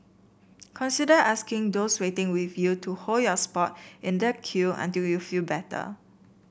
consider asking those waiting with you to hold your spot in the queue until you feel better